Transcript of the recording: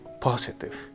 positive